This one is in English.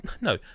no